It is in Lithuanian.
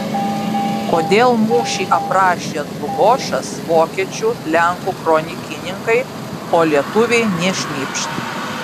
kodėl mūšį aprašė dlugošas vokiečių lenkų kronikininkai o lietuviai nė šnypšt